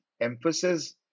emphasis